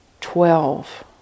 twelve